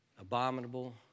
abominable